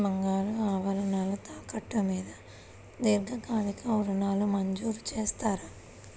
బంగారు ఆభరణాలు తాకట్టు మీద దీర్ఘకాలిక ఋణాలు మంజూరు చేస్తారా?